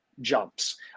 jumps